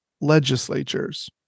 legislatures